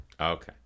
Okay